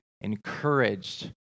encouraged